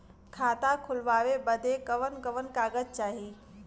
खाता खोलवावे बादे कवन कवन कागज चाही?